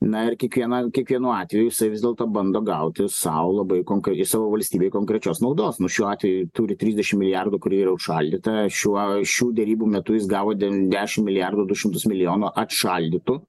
na ir kiekviena kiekvienu atveju jisai vis dėlto bando gauti sau labai konkre ir savo valstybei konkrečios naudos nu šiuo atveju turi trisdešim milijardų kurie yra užšaldyta šiuo šių derybų metu jis gavo ten dešimt milijardų du šimtus milijonų atšaldytų